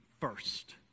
first